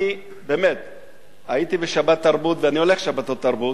אני הייתי ב"שבתרבות", ואני הולך לשבתות-תרבות.